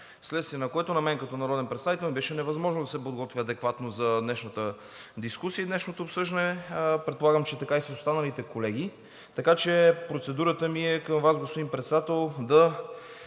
вследствие на което на мен като народен представител ми беше невъзможно да се подготвя адекватно за днешната дискусия и днешното обсъждане, предполагам, че е така и с останалите колеги. Процедурата ми е към Вас, господин Председател, да